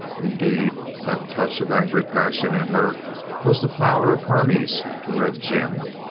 indeed, that touch of angry passion in her was the flower of hermes to red jim,